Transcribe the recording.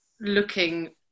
looking